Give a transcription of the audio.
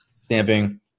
stamping